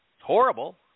Horrible